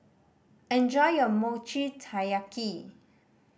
enjoy your Mochi Taiyaki